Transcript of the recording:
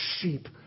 sheep